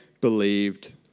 believed